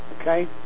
Okay